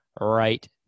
right